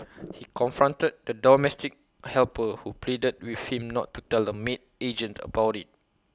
he confronted the domestic helper who pleaded with him not to tell the maid agent about IT